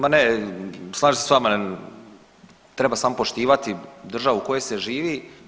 Ma ne, slažem se s vama, treba samo poštivati državu u kojoj se živi.